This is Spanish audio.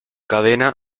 cadena